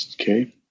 okay